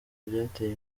byateye